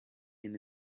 him